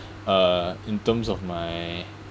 uh in terms of my